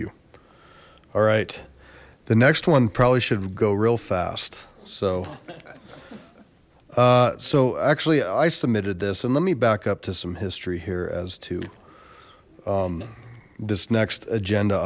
you all right the next one probably should go real fast so so actually i submitted this and let me back up to some history here as to this next agenda